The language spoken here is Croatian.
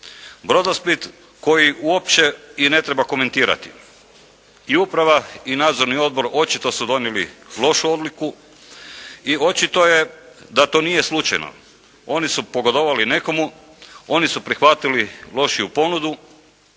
"Brodosplit" koji uopće i ne treba komentirati. I uprava i nadzorni odbor očito su donijeli lošu odluku i očito je da to nije slučajno. Oni su pogodovali nekomu, oni su prihvatili lošiju ponudu,